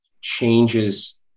changes